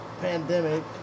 pandemic